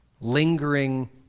lingering